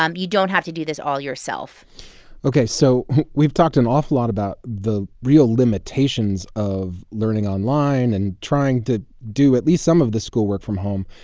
um you don't have to do this all yourself ok, so we've talked an awful lot about the real limitations of learning online and trying to do at least some of the schoolwork from home.